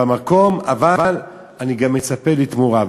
במקום, אבל אני גם מצפה לתמורה.